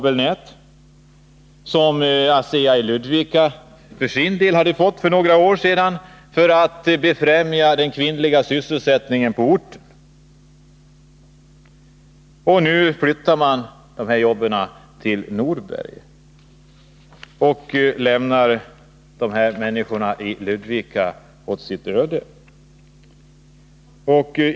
Den hade ASEA i Ludvika för sin del fått för några år sedan för att befrämja den kvinnliga sysselsättningen på orten. Nu flyttar man över de jobben till Norberg och lämnar människorna i Ludvika åt deras öde.